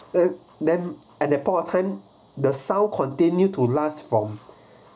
then then and that point of time the sound continue to last from